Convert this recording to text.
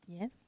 Yes